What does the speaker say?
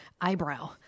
eyebrow